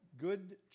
good